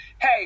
Hey